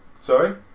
Sorry